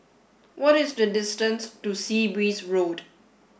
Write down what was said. what is the distance to Sea Breeze Road